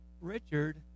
Richard